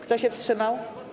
Kto się wstrzymał?